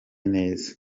neza